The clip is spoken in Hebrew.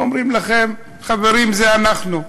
הם אומרים לכם: חברים, זה אנחנו.